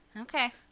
Okay